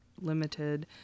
limited